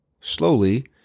Slowly